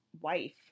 wife